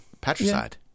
Patricide